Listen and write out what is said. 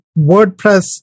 WordPress